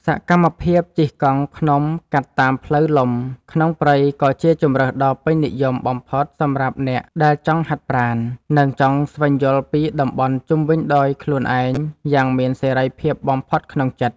សកម្មភាពជិះកង់ភ្នំកាត់តាមផ្លូវលំក្នុងព្រៃក៏ជាជម្រើសដ៏ពេញនិយមបំផុតសម្រាប់អ្នកដែលចង់ហាត់ប្រាណ និង ចង់ស្វែងយល់ពីតំបន់ជុំវិញដោយខ្លួនឯងយ៉ាងមានសេរីភាពបំផុតក្នុងចិត្ត។